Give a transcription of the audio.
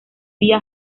vía